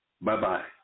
Bye-bye